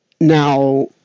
Now